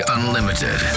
Unlimited